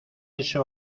eso